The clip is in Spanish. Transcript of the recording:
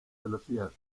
velocidad